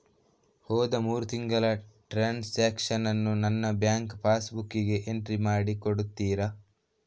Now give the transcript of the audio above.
ಹೋದ ಮೂರು ತಿಂಗಳ ಟ್ರಾನ್ಸಾಕ್ಷನನ್ನು ನನ್ನ ಬ್ಯಾಂಕ್ ಪಾಸ್ ಬುಕ್ಕಿಗೆ ಎಂಟ್ರಿ ಮಾಡಿ ಕೊಡುತ್ತೀರಾ?